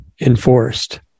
enforced